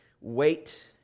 wait